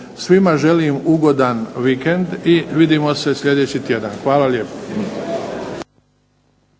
Svima želim ugodan vikend i vidimo se sljedeći tjedan. Hvala lijepo.